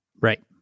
Right